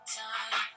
time